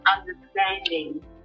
understanding